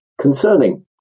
concerning